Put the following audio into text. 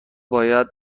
باید